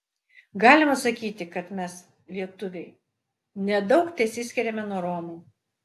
galima sakyti kad mes lietuviai nedaug tesiskiriame nuo romų